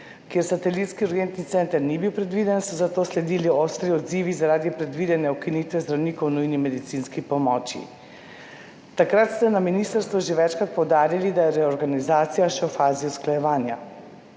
kjer satelitski urgentni center ni bil predviden, so zato sledili ostri odzivi zaradi predvidene ukinitve zdravnikov v nujni medicinski pomoči. Takrat ste na ministrstvu že večkrat poudarili, da je reorganizacija še v fazi usklajevanja.